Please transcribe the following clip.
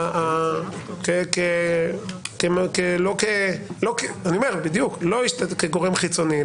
שהשתתפת לא כגורם חיצוני,